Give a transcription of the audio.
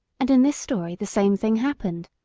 and in this story the same thing happened.